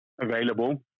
available